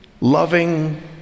loving